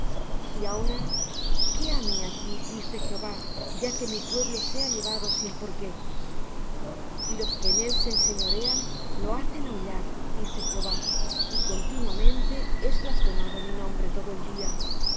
y ahora qué á mí aquí dice jehová ya que mi pueblo sea llevado sin por qué y los que en él se enseñorean lo hacen aullar dice jehová y continuamente es blasfemado mi nombre todo el día